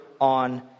on